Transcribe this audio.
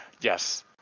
Yes